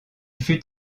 fut